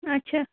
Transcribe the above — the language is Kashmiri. اَچھا